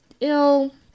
ill